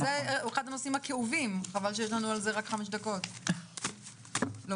אפשר למשל להכריז על חוסר תום לב אלא